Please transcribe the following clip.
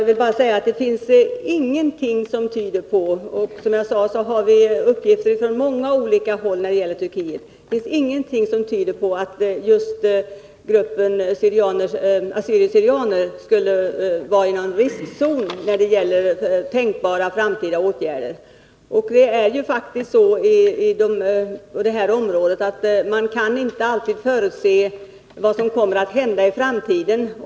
Herr talman! Det finns ingenting som tyder på — och som jag sade har vi när det gäller Turkiet uppgifter från många olika håll — att just gruppen assyrier/syrianer skulle vara i riskzonen för tänkbara framtida åtgärder. På det här området kan man inte alltid förutse vad som kommer att hända i framtiden.